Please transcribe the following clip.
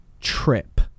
trip